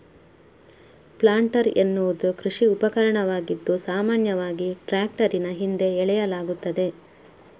planter ಎನ್ನುವುದು ಕೃಷಿ ಉಪಕರಣವಾಗಿದ್ದು, ಸಾಮಾನ್ಯವಾಗಿ ಟ್ರಾಕ್ಟರಿನ ಹಿಂದೆ ಎಳೆಯಲಾಗುತ್ತದೆ